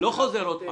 אני לא חוזר עוד פעם.